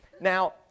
Now